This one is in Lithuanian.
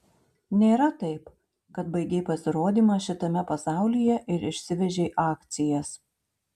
nėra taip kad baigei pasirodymą šitame pasaulyje ir išsivežei akcijas